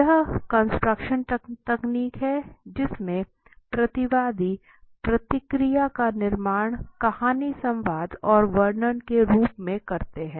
यह construction technique है जिसमें प्रतिवादी प्रतिक्रिया का निर्माण कहानी संवाद और वर्णन के रूप में करते हैं